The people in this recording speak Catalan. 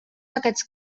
aquests